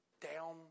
down